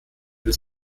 bis